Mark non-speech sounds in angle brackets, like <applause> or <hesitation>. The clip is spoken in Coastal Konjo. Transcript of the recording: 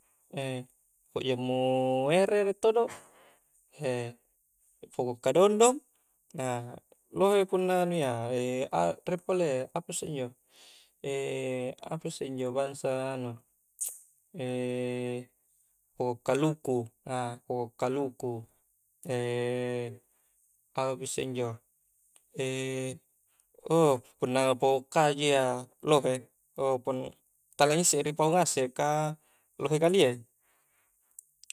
<hesitation> pokok jammu ere riek todo <hesitation> pokok kadondong, lohe punna anu ia, <hesitation> apa riek pole apasse injo <hesitation> apasse injo bangsa anu, <hesitation> pokok kaluku a-pokok kaluku <hesitation> apapi issek injo <hesitation> ouh punna pakkok kaju ia lohe <unintelligible> tala ngissek ripau ngasek ka lohe kelia i.